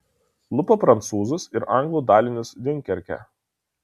lupa prancūzus ir anglų dalinius diunkerke